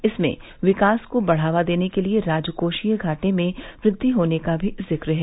इसमें विकास को बढ़ावा देने के लिए राजकोषीय घाटे में वृद्धि होने का भी जिक्र है